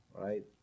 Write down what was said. right